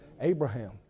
Abraham